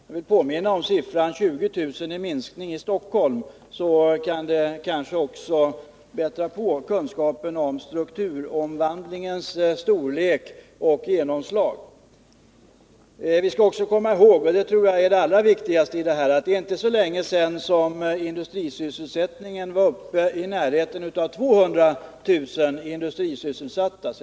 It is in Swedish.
Jag vill påminna om siffran 20 000 som avser minskningen i Stockholm; det kan kanske också bättra på kunskapen om strukturomvandlingens storlek och genomslag. Vi skall även komma ihåg — det tror jag är det allra viktigaste i detta sammanhang - att det inte är så länge sedan det var 200 000 industrisysselsatta.